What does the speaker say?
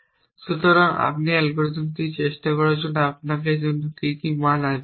সুতরাং এই অ্যালগরিদমটি চেষ্টা করার জন্য আপনার জন্য কী কী মান বাকি আছে